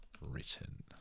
written